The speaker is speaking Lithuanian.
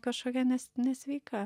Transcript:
kažkokia nes nesveika